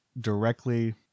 directly